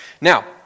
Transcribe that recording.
Now